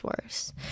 worse